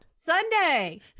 Sunday